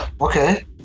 Okay